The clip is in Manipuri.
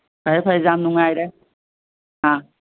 ꯐꯔꯦ ꯐꯔꯦ ꯌꯥꯝ ꯅꯨꯡꯉꯥꯏꯔꯦ ꯑꯥ